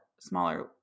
smaller